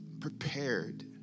prepared